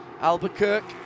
Albuquerque